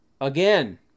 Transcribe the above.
Again